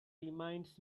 reminds